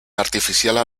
artifiziala